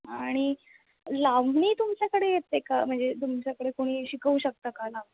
आणि लावणी तुमच्याकडे येते का म्हणजे तुमच्याकडे कोणी शिकवू शकतं का लावणी